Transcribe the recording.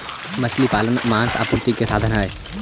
मछली पालन मांस आपूर्ति के साधन हई